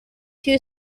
two